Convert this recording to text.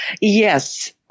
Yes